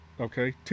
okay